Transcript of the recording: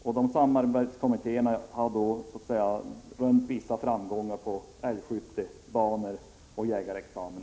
Detta samarbete har rönt viss framgång, exempelvis när det gäller älgskyttebanor och jägarexamen.